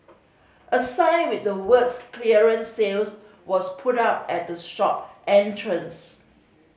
a sign with the words clearance sales was put up at the shop entrance